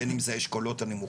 בין אם זה האשכולות הנמוכים,